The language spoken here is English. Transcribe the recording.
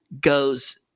goes